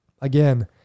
again